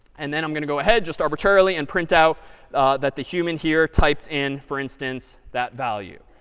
and then i'm going to go ahead, just arbitrarily, and print out that the human here typed in, for instance, that value.